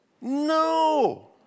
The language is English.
No